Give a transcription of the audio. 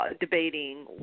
debating